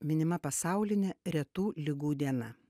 minima pasaulinė retų ligų diena